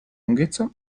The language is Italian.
lunghezza